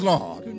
Lord